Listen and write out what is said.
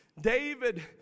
David